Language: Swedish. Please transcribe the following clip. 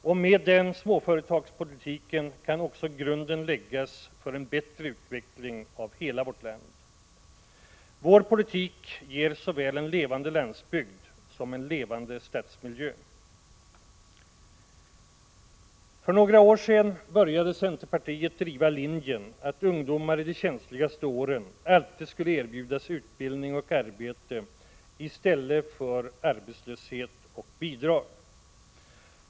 Med en sådan småföretagspolitik kan också grunden läggas för en bättre utveckling av hela vårt land. Vår politik ger såväl en levande landsbygd som en levande stadsmiljö. För några år sedan började centerpartiet driva linjen att ungdomar i de känsligaste åren alltid skulle erbjudas utbildning och arbete i stället för arbetslöshet och bidrag.